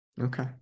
Okay